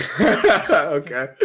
Okay